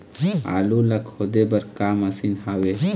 आलू ला खोदे बर का मशीन हावे?